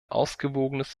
ausgewogenes